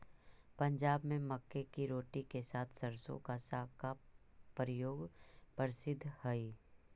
पंजाब में मक्के की रोटी के साथ सरसों का साग का प्रयोग प्रसिद्ध हई